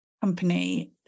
company